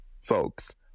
folks